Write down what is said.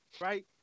Right